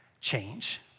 Change